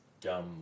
dumb